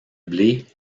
blé